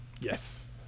Yes